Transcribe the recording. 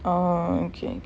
orh okay